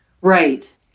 Right